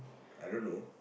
I don't know